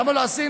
למה לא עשינו.